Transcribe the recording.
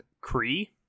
Cree